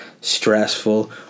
stressful